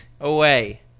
away